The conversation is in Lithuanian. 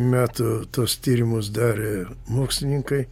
metų tuos tyrimus darė mokslininkai